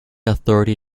authority